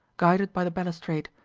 guided by the balustrade,